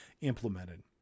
implemented